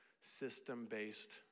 system-based